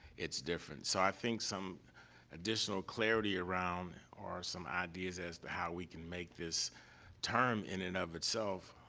it's different. so, i think some additional clarity around or some ideas as to how we can make this term, in and of itself,